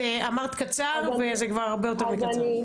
את אמרת קצר, וזה כבר הרבה יותר מקצר.